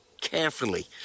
carefully